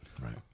right